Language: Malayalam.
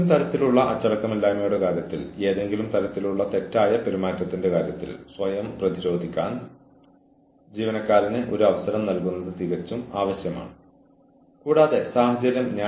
ഏതെങ്കിലും അച്ചടക്ക സാങ്കേതിക വിദ്യകൾ നടപ്പിലാക്കുന്നതിന് മുമ്പ് ഒരു പ്രശ്നം അന്വേഷിക്കുന്നതിന് ആവശ്യമായ എല്ലാ നടപടികളും ഒരു സ്ഥാപനം സ്വീകരിക്കണം എന്നാണ് ഇതിനർത്ഥം